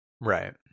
Right